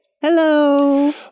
Hello